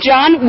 John